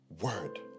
word